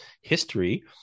history